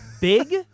Big